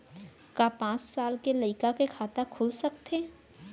का पाँच साल के लइका के खाता खुल सकथे?